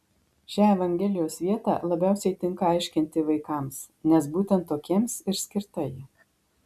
šią evangelijos vietą labiausiai tinka aiškinti vaikams nes būtent tokiems ir skirta ji